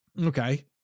Okay